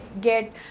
get